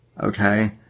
Okay